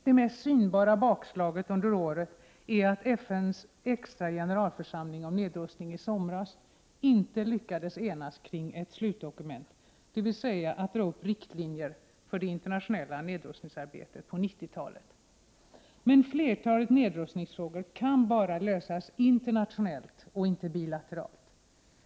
Det mest synbara bakslaget under året är att FN:s extra generalförsamling om nedrustning i somras inte lyckades enas kring ett slutdokument, dvs. att dra upp riktlinjer för det internationella nedrustningsarbetet på 1990-talet. Flertalet nedrustnigsfrågor kan bara lösas internationellt och inte bilateralt.